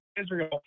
Israel